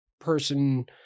person